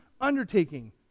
undertaking